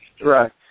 Right